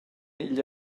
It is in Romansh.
igl